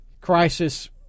crisis